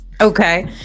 okay